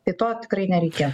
tai to tikrai nereikė